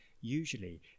Usually